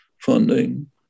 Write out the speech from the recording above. funding